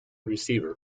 receiver